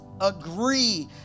agree